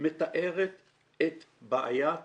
מתארת את בעיית